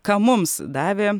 ką mums davė